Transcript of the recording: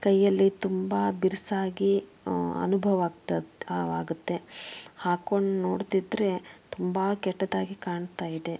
ಕೈಯಲ್ಲಿ ತುಂಬ ಬಿರುಸಾಗಿ ಅನುಭವ ಆಗ್ತದ್ ಆ ಆಗತ್ತೆ ಹಾಕ್ಕೊಂಡು ನೋಡ್ತಿದ್ರೆ ತುಂಬ ಕೆಟ್ಟದಾಗಿ ಕಾಣ್ತಾ ಇದೆ